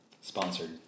Sponsored